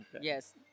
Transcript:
yes